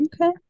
Okay